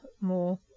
more